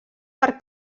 per